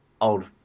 old